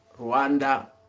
Rwanda